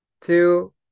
two